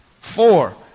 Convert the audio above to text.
Four